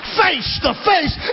face-to-face